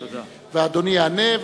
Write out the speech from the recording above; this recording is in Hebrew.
ואדוני יענה,